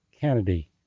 Kennedy